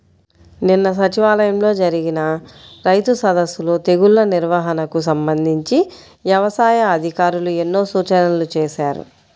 నిన్న సచివాలయంలో జరిగిన రైతు సదస్సులో తెగుల్ల నిర్వహణకు సంబంధించి యవసాయ అధికారులు ఎన్నో సూచనలు చేశారు